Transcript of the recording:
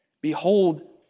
Behold